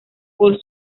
por